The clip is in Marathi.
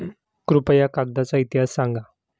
कृपया कागदाचा इतिहास सांगा